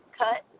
cut